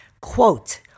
Quote